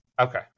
Okay